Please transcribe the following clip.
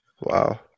Wow